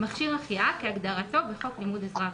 "מכשיר החייאה" כהגדרתו בחוק לימוד עזרה ראשונה.